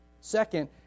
Second